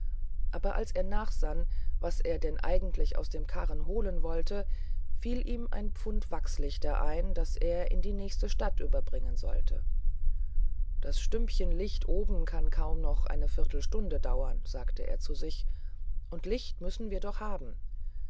aber als er nachsann was er denn eigentlich aus dem karren holen sollte fiel ihm ein pfund wachslichter ein die er in die nächste stadt überbringen sollte das stümpchen licht oben kann kaum noch eine viertelstunde dauern sagte er zu sich und licht müssen wir dennoch haben